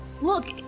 Look